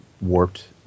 warped